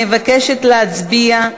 אני מבקשת להצביע.